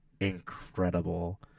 incredible